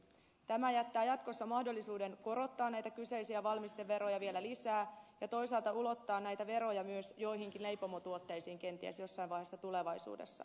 tämä jättää jatkossa mahdollisuuden korottaa näitä kyseisiä valmisteveroja vielä lisää ja toisaalta ulottaa näitä veroja myös joihinkin leipomotuotteisiin kenties jossain vaiheessa tulevaisuudessa